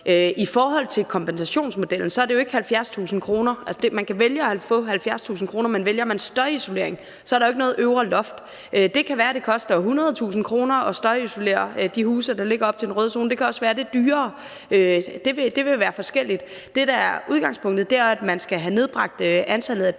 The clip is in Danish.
I forhold til kompensationsmodellen er det jo ikke 70.000 kr. Man kan vælge at få 70.000 kr. Men vælger man støjisolering, er der jo ikke noget øvre loft. Det kan være, at det koster 100.000 kr. at støjisolere de huse, der ligger op til den røde zone. Det kan også være, at det er dyrere. Det vil være forskelligt. Det, der er udgangspunktet, er, at man skal have nedbragt decibel,